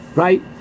right